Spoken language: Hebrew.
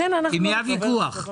עם מי הוויכוח?